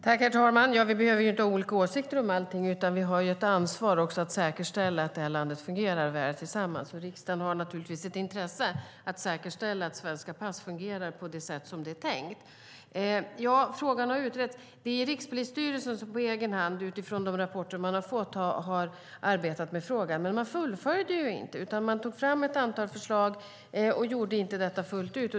Herr talman! Vi behöver inte ha olika åsikter om allting, utan vi har tillsammans ett ansvar att säkerställa att det här landet fungerar väl. Riksdagen har naturligtvis ett intresse av att säkerställa att svenska pass fungerar på det sätt som det är tänkt. Ja, frågan har utretts. Det är Rikspolisstyrelsen som på egen hand, utifrån de rapporter man har fått, har arbetat med frågan. Men man fullföljde inte. Man tog fram ett antal förslag men gjorde inte detta fullt ut.